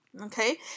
okay